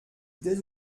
dès